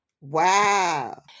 Wow